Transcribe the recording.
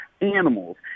animals